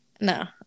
No